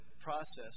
process